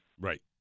Right